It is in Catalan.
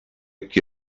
qui